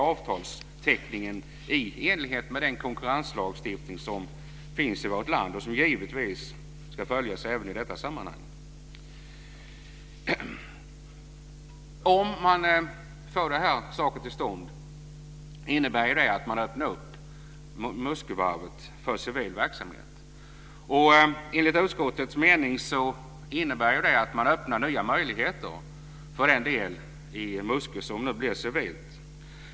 Avtalsteckningen sker i enlighet med den konkurrenslagstiftning som finns i vårt land och som givetvis ska följas i detta sammanhang. Om man får saken till stånd innebär det att man öppnar upp Muskövarvet för civil verksamhet. Enligt utskottets mening innebär det att man öppnar nya möjligheter för den del i Muskö som nu blir civil.